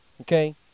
Okay